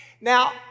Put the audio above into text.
Now